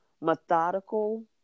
methodical